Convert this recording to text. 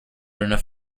enough